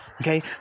Okay